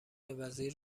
وزیر